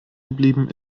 geblieben